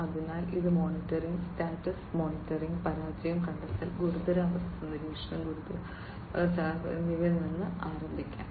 അതിനാൽ ഇത് monitoring status monitoring പരാജയം കണ്ടെത്തൽ ഗുരുതരമായ അവസ്ഥ നിരീക്ഷണം ഗുരുതരമായ അവസ്ഥകളോടുള്ള ചലനാത്മക പ്രതികരണം എന്നിവയിൽ നിന്ന് ആരംഭിക്കും